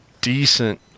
decent